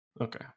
Okay